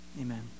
Amen